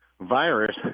virus